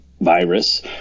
virus